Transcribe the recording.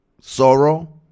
sorrow